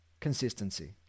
consistency